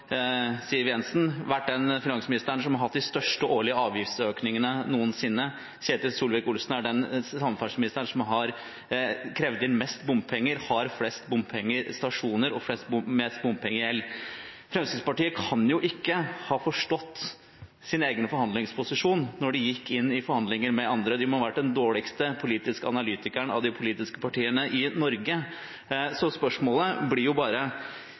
Siv Jensen har vært den finansministeren som har hatt de største årlige avgiftsøkningene noensinne. Ketil Solvik-Olsen er den samferdselsministeren som har krevd inn mest bompenger, har flest bompengestasjoner og mest bompengegjeld. Fremskrittspartiet kan ikke ha forstått sin egen forhandlingsposisjon da de gikk inn i forhandlinger med andre – de må ha vært den dårligste politiske analytikeren av de politiske partiene i Norge. Spørsmålet blir: